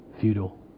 Feudal